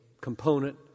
component